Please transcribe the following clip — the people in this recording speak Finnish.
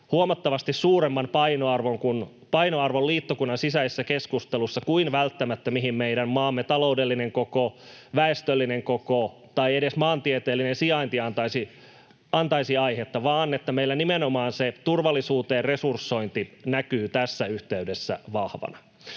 huomattavasti suuremman painoarvon liittokunnan sisäisessä keskustelussa kuin mihin välttämättä meidän maamme taloudellinen koko, väestöllinen koko tai edes maantieteellinen sijainti antaisivat aihetta — meillä nimenomaan se turvallisuuteen resursointi näkyy tässä yhteydessä vahvana.